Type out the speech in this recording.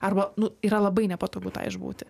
arba nu yra labai nepatogu tą išbūti